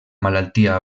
malaltia